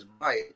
bite